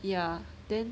ya then